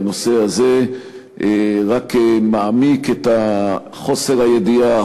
בנושא הזה רק מעמיק את חוסר הידיעה,